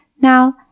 Now